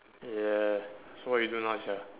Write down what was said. yeah so what we do now sia